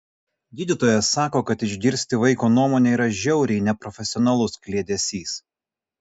gydytojas sako kad išgirsti vaiko nuomonę yra žiauriai neprofesionalus kliedesys